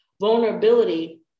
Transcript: vulnerability